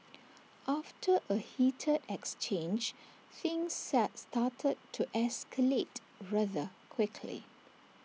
after A heated exchange things started to escalate rather quickly